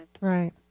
Right